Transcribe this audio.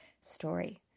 story